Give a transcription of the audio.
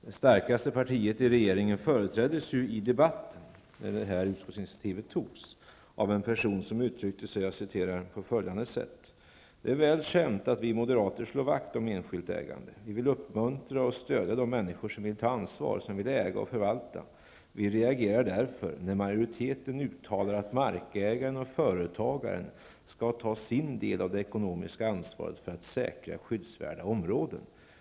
Det starkaste partiet i den nuvarande regeringen företräddes i debatten, när utskottsinitiativet togs, av en person som uttryckte sig på följande sätt: ''Det är väl känt att vi moderater slår vakt om enskilt ägande. Vi vill uppmuntra och stödja de människor som vill ta ansvar, som vill äga och förvalta. Vi reagerar därför när majoriteten uttalar att markägaren och företagaren skall ta sin del av det ekonomiska ansvaret för att säkra skyddsvärda områden.